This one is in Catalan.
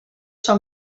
són